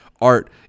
art